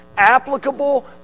applicable